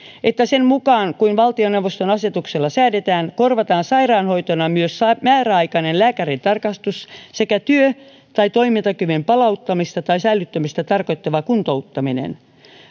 että sen mukaan kuin valtioneuvoston asetuksella säädetään korvataan sairaanhoitona myös määräaikainen lääkärintarkastus sekä työ tai toimintakyvyn palauttamista tai säilyttämistä tarkoittava kuntouttaminen